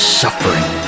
suffering